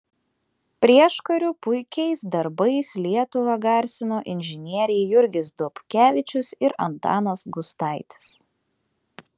prieškariu puikiais darbais lietuvą garsino inžinieriai jurgis dobkevičius ir antanas gustaitis